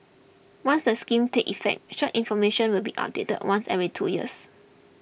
once the scheme takes effect such information will be updated once every two years